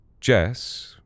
Jess